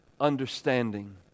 understanding